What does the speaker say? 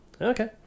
Okay